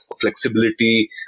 flexibility